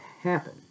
happen